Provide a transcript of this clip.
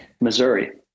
Missouri